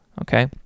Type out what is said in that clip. okay